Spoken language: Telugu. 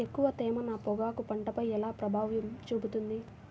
ఎక్కువ తేమ నా పొగాకు పంటపై ఎలా ప్రభావం చూపుతుంది?